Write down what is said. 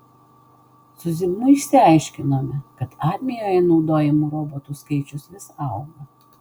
su zigmu išsiaiškinome kad armijoje naudojamų robotų skaičius vis auga